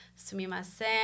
sumimasen